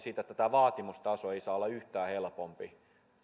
siitä että tämä vaatimustaso ei saa olla yhtään helpompi